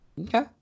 Okay